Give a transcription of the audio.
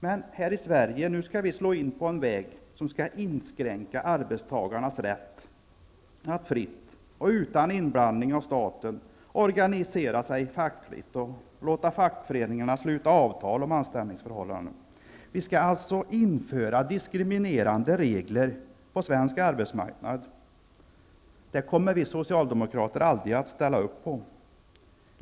Men vi här i Sverige skall slå in på en väg som skall inskränka arbetstagarnas rätt att fritt och utan inblandning av staten organisera sig fackligt och låta fackföreningarna sluta avtal om anställningsförhållandena. Vi skall alltså införa diskriminerande regler på svensk arbetsmarknad. Det kommer vi socialdemokrater aldrig att ställa upp på.